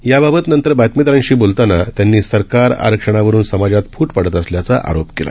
याबाबतनंतरबातमीदारांशीबोलतानात्यांनीसरकारआरक्षणावरुनसमाजातफूटपाडतअसल्याचाआरोपकेला